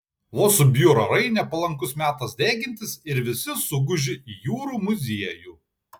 vos subjuro orai nepalankus metas degintis ir visi suguži į jūrų muziejų